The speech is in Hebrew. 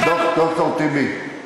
ד"ר טיבי,